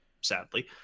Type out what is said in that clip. sadly